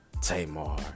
Tamar